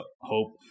hope